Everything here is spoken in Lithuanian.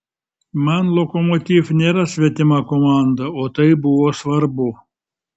man lokomotiv nėra svetima komanda o tai buvo svarbu